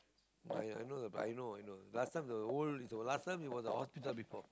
but uh I know but I know I know last time the old is last time it was a hospital before